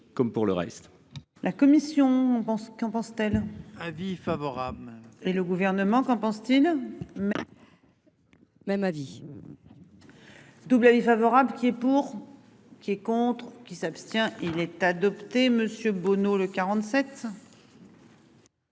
comme pour le reste.